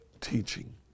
teaching